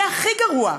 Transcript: זה הכי גרוע.